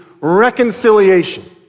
reconciliation